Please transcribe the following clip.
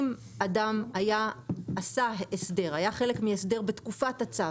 אם אדם היה חלק מהסדר בתקופת הצו,